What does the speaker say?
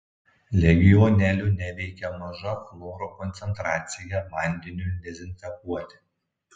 legionelių neveikia maža chloro koncentracija vandeniui dezinfekuoti